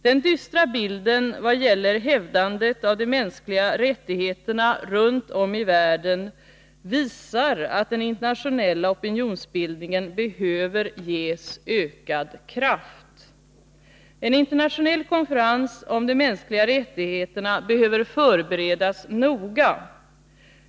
Den dystra bilden vad gäller hävdandet av de mänskliga rättigheterna runt om i världen visar att den internationella opinionsbildningen behöver ges ökad kraft. En internationell konferens om de mänskliga rättigheterna måste förberedas noga.